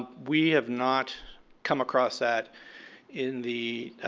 ah we have not come across that in the